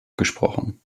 gesprochen